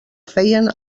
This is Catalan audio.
feien